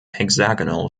hexagonal